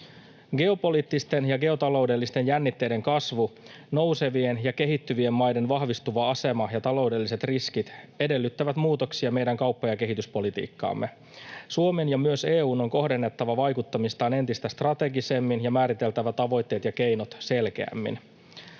Geopoliittisten ja geotaloudellisten jännitteiden kasvu, nousevien ja kehittyvien maiden vahvistuva asema ja taloudelliset riskit edellyttävät muutoksia meidän kauppa- ja kehityspolitiikkaamme. Suomen ja myös EU:n on kohdennettava vaikuttamistaan entistä strategisemmin ja määriteltävä tavoitteet ja keinot selkeämmin.